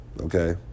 okay